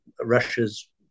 Russia's